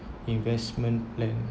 investment plan